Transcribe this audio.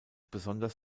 besonders